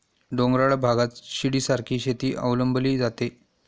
डोंगराळ भागात शिडीसारखी शेती अवलंबली जाते